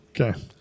Okay